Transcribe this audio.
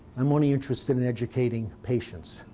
i'm only interested in educating patients.